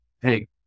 hey